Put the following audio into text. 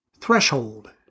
Threshold